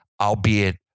albeit